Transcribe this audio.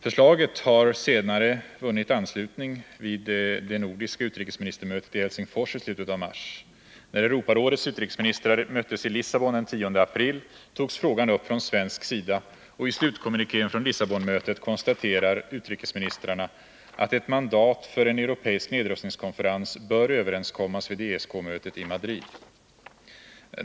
Förslaget har senare vunnit anslutning vid det nordiska utrikesministermötet i Helsingfors i slutet av mars. När Europarådets utrikesministrar möttes i Lissabon den 10 april togs frågan upp från svensk sida, och i slutkommunikén från Lissabonmötet konstaterar utrikesministrarna att mandatet för en europeisk nedrustningskonferens bör överenskommas vid ESK-mötet i Madrid.